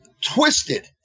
twisted